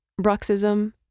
bruxism